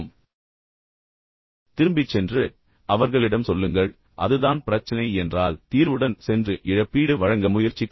அதற்குத் திரும்பிச் சென்று அவர்களிடம் சொல்லுங்கள் அதுதான் பிரச்சனை என்றால் தீர்வுடன் சென்று இழப்பீடு வழங்க முயற்சிக்கவும்